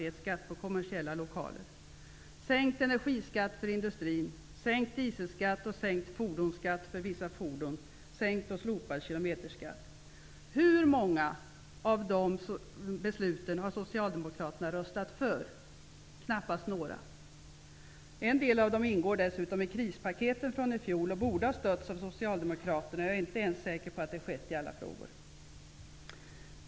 En del av dessa beslut ingår dessutom i krispaketen från i fjol och borde ha stötts av Socialdemokraterna, men jag är inte ens säker på att så har skett.